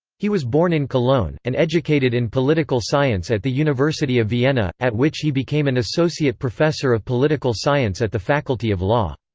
he was born in cologne, and educated in political science at the university of vienna, at which he became an associate professor of political science at the faculty of law.